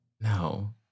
No